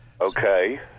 Okay